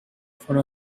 for